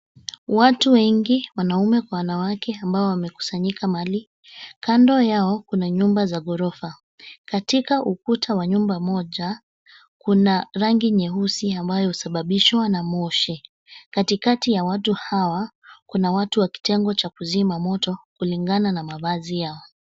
Watu wengi wanaume kwa wanawake ambao wamekusanyika mahali. Kando yao kuna nyumba za ghorofa. Katika ukuta wa nyumba moja kuna rangi nyeusi ambayo imesabibishwa na moshi. Katikati ya watu hawa, kuna watu wa kitengo cha kuzima moto kulingana na mavazi yao.